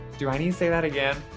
do i need to say that again?